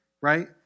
right